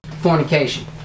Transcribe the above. fornication